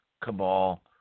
cabal